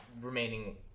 remaining